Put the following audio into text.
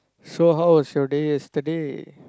so how was your day yesterday